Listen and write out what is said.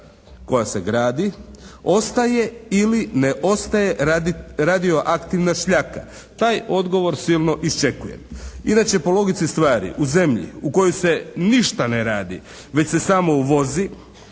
koja se gradi, ostaje ili ne ostaje radioaktivna šljaka? Taj odgovor silno iščekujem. I da će po logici stvari u zemlji u kojoj se ništa ne radi već se samo uvozi,